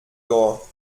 door